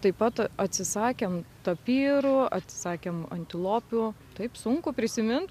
taip pat atsisakėm tapyrų atsisakėm antilopių taip sunku prisimint